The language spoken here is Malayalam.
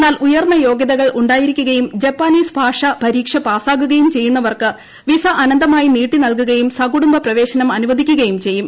എന്നാൽ ഉയർന്ന യോഗ്യതകൾ ഉണ്ടായിരിക്കുകയും ജപ്പാനീസ് ഭാഷ പരീക്ഷ പാസ്സാകുകയും ചെയ്യുന്നവർക്ക് വിസ അനന്തമായി നീട്ടി നൽകുകയും സകുടുംബ പ്രവേശനം അനുവദിക്കുകയും ചെയ്യും